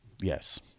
Yes